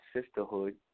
sisterhood